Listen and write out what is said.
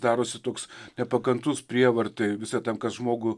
darosi toks nepakantus prievartai visa tam kas žmogų